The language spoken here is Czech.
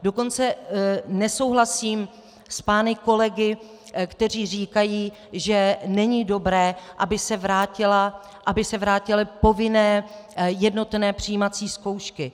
Dokonce nesouhlasím s pány kolegy, kteří říkají, že není dobré, aby se vrátily povinné jednotné přijímací zkoušky.